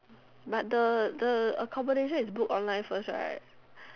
but the the accommodation is book online first right